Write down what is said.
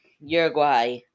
Uruguay